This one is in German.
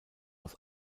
aus